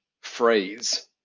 phrase